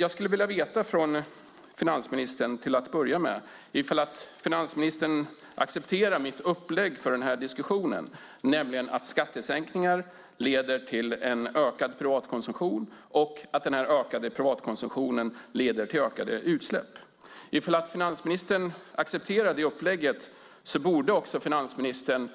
Jag skulle vilja veta om finansministern accepterar mitt upplägg för diskussionen, nämligen att skattesänkningar leder till en ökad privatkonsumtion och att den ökade privatkonsumtionen leder till ökade utsläpp. Om finansministern accepterar det upplägget borde också finansministern